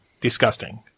disgusting